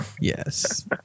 Yes